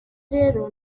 rero